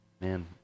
man